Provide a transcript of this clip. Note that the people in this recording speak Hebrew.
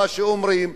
מה שאומרים.